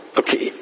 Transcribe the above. okay